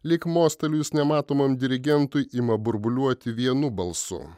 lyg mostelėjus nematomam dirigentui ima burbuliuoti vienu balsu